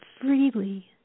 freely